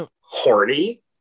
horny